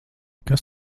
kas